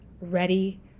ready